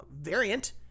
variant